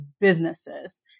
businesses